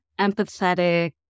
empathetic